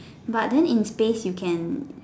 but then in space you can